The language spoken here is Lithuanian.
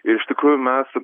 ir iš tikrųjų mes